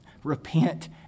Repent